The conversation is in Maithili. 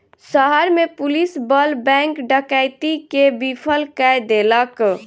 शहर में पुलिस बल बैंक डकैती के विफल कय देलक